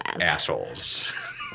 assholes